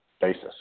basis